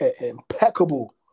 impeccable